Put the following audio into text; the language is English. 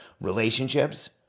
relationships